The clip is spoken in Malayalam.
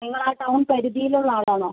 നിങ്ങൾ ആ ടൗൺ പരിധിയിൽ ഉള്ള ആൾ ആണോ